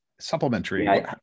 supplementary